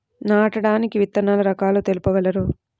నాటడానికి విత్తన రకాలు తెలుపగలరు?